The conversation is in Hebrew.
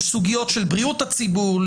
לסוגיות של בריאות הציבור,